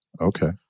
Okay